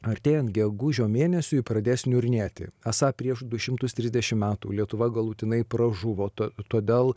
artėjant gegužio mėnesiui pradės niurnėti esą prieš du šimtus trisdešimt metų lietuva galutinai pražuvo to todėl